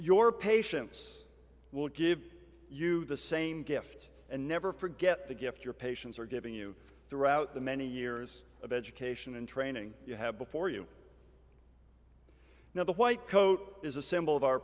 your patients will give you the same gift and never forget the gift your patients are giving you throughout the many years of education and training you have before you know the white coat is a symbol of our